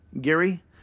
Gary